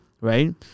right